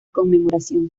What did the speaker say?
conmemoración